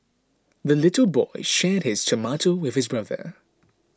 the little boy shared his tomato with his brother